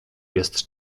jest